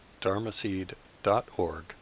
dharmaseed.org